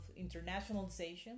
internationalization